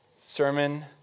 sermon